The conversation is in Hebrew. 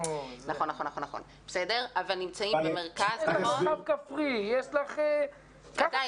יש לך גם מרחב כפרי.